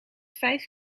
vijf